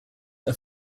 are